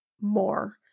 more